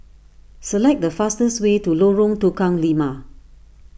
select the fastest way to Lorong Tukang Lima